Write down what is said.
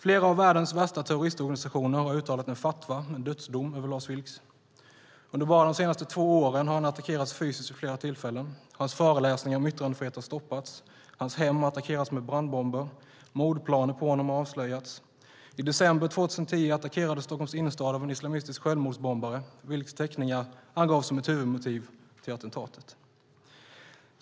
Flera av världens värsta terroristorganisationer har uttalat en fatwa, en dödsdom, över Lars Vilks. Under bara de senaste två åren har han attackerats fysiskt vid flera tillfällen. Hans föreläsningar om yttrandefrihet har stoppats, hans hem har attackerats med brandbomber, mordplaner mot honom har avslöjats. I december 2010 attackerades Stockholms innerstad av en islamistisk självmordsbombare. Vilks teckningar angavs som ett huvudmotiv för attentatet.